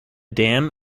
dam